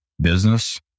business